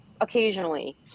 occasionally